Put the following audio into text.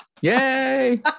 Yay